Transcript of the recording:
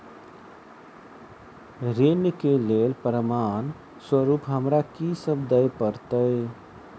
ऋण केँ लेल प्रमाण स्वरूप हमरा की सब देब पड़तय?